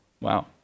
Wow